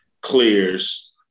clears